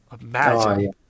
Imagine